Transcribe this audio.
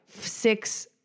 six